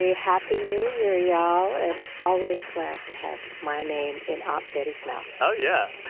happy new year, y'all. and always glad to have my name in aunt betty's mouth oh, yeah.